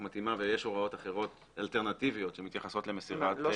מתאימה ויש הוראות אחרות אלטרנטיביות שמתייחסות למסירת מידע.